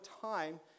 time